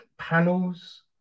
Panels